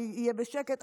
אני אהיה בשקט,